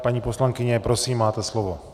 Paní poslankyně, prosím, máte slovo.